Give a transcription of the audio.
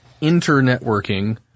inter-networking